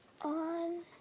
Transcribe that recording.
on